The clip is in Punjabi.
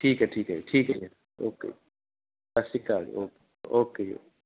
ਠੀਕ ਹੈ ਠੀਕ ਹੈ ਜੀ ਠੀਕ ਹੈ ਜੀ ਓਕੇ ਸਤਿ ਸ਼੍ਰੀ ਅਕਾਲ ਜੀ ਓ ਓਕੇ ਜੀ ਓ